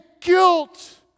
guilt